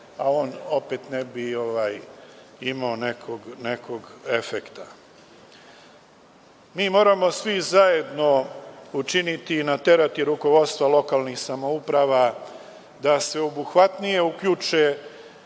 a on pet ne bi imao nekog efekta. Mi moramo svi zajedno učiniti i naterati rukovodstva lokalnih samouprava da sveobuhvatnije uključe